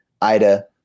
Ida